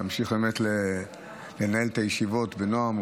תמשיך באמת לנהל את הישיבות בנועם,